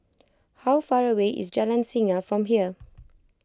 how far away is Jalan Singa from here